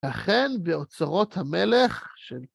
לכן, באוצרות המלך של...